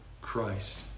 Christ